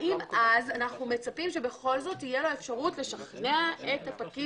האם אז אנחנו מצפים שבכל זאת תהיה לו אפשרות לשכנע את הפקיד